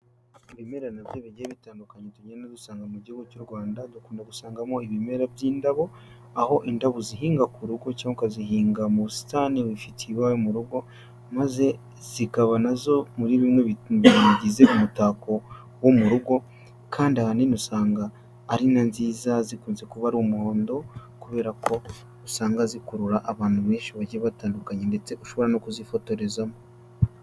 Ibimera na byo bigiye bitandukanye tugenda dusanga mu gihugu cy'u Rwanda dukunda gusangamo ibimera by'indabo, aho indabo uzihinga ku rugo cyangwa ukazihinga mu busitani wifitiye iwawe mu rugo, maze zikaba nazo muri bimwe bigize umutako wo mu rugo kandi ahanini usanga ari na nziza zikunze kuba ari umuhondo kubera ko usanga zikurura abantu benshi bagiye batandukanye ndetse ushobora no kuzifotorezamo.